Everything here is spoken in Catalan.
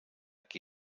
qui